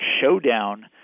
showdown